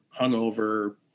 hungover